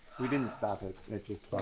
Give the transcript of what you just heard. we didn't stop it. it just